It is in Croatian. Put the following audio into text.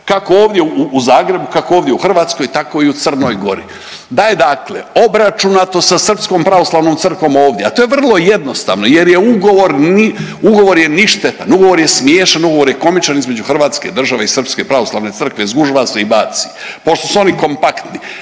kako ovdje u Zagrebu, kako ovdje u Hrvatskoj tako i u Crnoj Gori. Da je dakle obračunato sa Srpskom pravoslavnom crkvom ovdje, a to je vrlo jednostavno jer je ugovor je ništetan, ugovor je smiješan, ugovor je komičan između Hrvatske države i Srpske pravoslavne crkve. Zgužva se i baci. Pošto su oni kompaktni